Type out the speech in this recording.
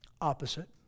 Opposite